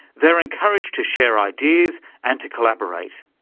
they're encouraged to share ideas and to collaborate.